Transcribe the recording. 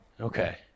Okay